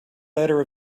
letter